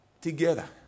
together